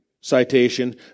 citation